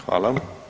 Hvala.